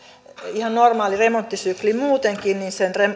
ihan normaali remonttisykli muutenkin